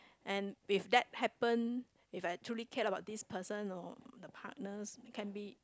and with that happen if I truly care about this person or the partners can be